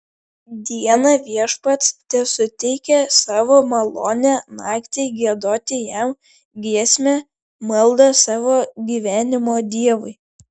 dieną viešpats tesuteikia savo malonę naktį giedoti jam giesmę maldą savo gyvenimo dievui